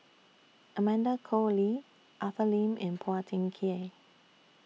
Amanda Koe Lee Arthur Lim and Phua Thin Kiay